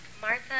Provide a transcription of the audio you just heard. Martha